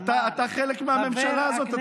אתה חלק מהממשלה הזאת,